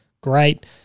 Great